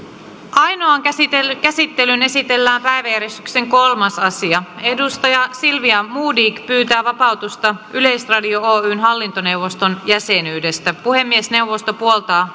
ainoaan käsittelyyn esitellään päiväjärjestyksen kolmas asia silvia modig pyytää vapautusta yleisradio oyn hallintoneuvoston jäsenyydestä puhemiesneuvosto puoltaa